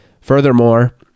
Furthermore